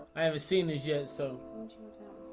i haven't seen his years so